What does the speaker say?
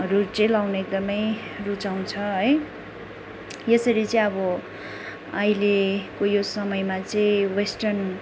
हरू चाहिँ लाउनु एकदमै रुचाउँछ है यसरी चाहिँ अब अहिलेको यो समयमा चाहिँ वेस्टर्न